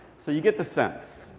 so you get the sense.